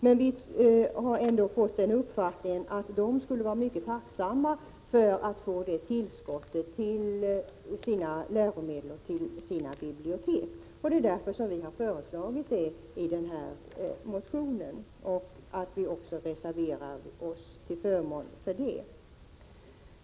Men vi har ändå fått den uppfattningen att de skulle vara mycket tacksamma för att få det tillskottet till läromedel och bibliotek. Därför har vi föreslagit det i vår motion. Vi har också reserverat oss till förmån för det.